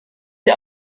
sie